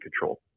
control